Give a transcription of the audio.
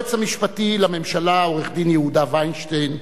היועץ המשפטי לממשלה עורך-הדין יהודה וינשטיין,